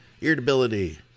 irritability